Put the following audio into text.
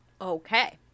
Okay